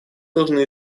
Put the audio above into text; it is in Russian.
должны